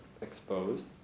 exposed